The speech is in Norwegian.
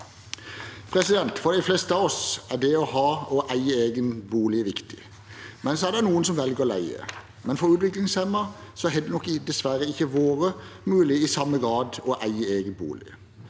samfunnet. For de fleste av oss er det å ha og eie egen bolig viktig, og så er det noen som velger å leie, men for utviklingshemmede har det nok dessverre ikke vært mulig i samme grad å eie egen bolig.